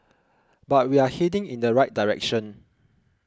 but we are heading in the right direction